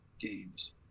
games